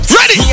Ready